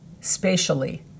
spatially